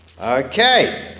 Okay